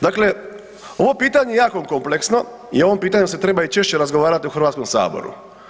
Dakle, ovo pitanje je jako kompleksno i o ovom pitanju se treba i češće razgovarati u Hrvatskom saboru.